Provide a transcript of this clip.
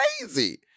crazy